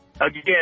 Again